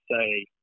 say